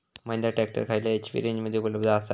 Mahindra tractor खयल्या HP रेंजमध्ये उपलब्ध आसा?